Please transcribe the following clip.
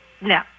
No